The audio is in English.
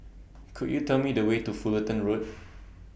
Could YOU Tell Me The Way to Fullerton Road